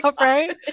right